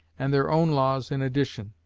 and their own laws in addition.